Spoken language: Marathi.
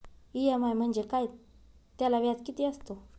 इ.एम.आय म्हणजे काय? त्याला व्याज किती असतो?